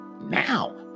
now